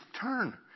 turn